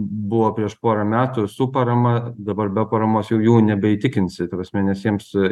buvo prieš porą metų su parama dabar be paramos jau jų nebeįtikinsi ta prasme nes jiems